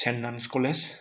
saint Anne's college